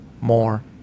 more